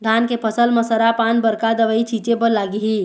धान के फसल म सरा पान बर का दवई छीचे बर लागिही?